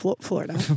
Florida